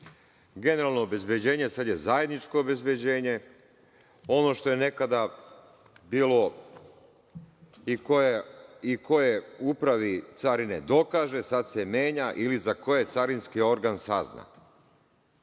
„Generalno obezbeđenje“ sad je „zajedničko obezbeđenje“, ono što je nekada bilo - i koje upravi carine dokaže, sad se menja – ili za koje carinski organ sazna.